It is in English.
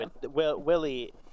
willie